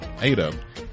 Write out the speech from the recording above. Ada